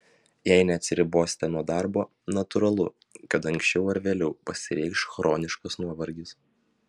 jei neatsiribosite nuo darbo natūralu kad anksčiau ar vėliau pasireikš chroniškas nuovargis